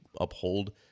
uphold